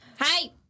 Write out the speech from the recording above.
Hi